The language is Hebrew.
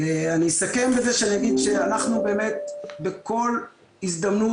אסכם בזה שאגיד שאנחנו באמת בכל הזדמנות